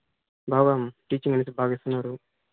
బాగా టీచింగ్ అనేది బాగా ఇస్తున్నారు